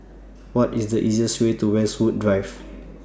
What IS The easiest Way to Westwood Drive